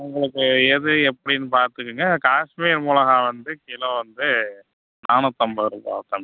உங்களுக்கு எது எப்படினு பார்த்துக்குங்க காஷ்மீர் மிளகா வந்து கிலோ வந்து நானூற்றம்பதுரூபா வரும் தம்பி